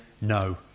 no